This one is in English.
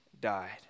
died